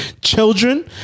children